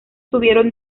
tuvieron